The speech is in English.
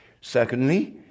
Secondly